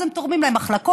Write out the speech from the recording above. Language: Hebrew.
אז הם תורמים להם מחלקות,